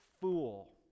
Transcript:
fool